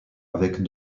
avec